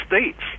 states